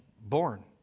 born